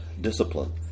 discipline